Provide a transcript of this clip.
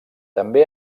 també